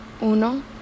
uno